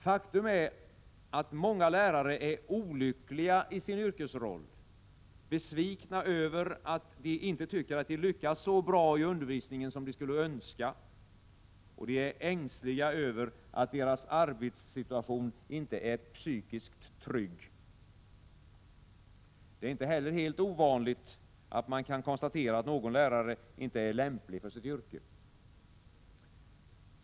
Faktum är att många lärare är olyckliga i sin yrkesroll — besvikna över att de inte lyckas så bra i undervisningen som de skulle önska, och de är ängsliga över att deras arbetssituation inte är psykiskt trygg. Det är inte heller helt ovanligt att man kan konstatera, att någon lärare inte är lämplig för sitt yrke.